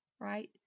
right